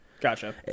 Gotcha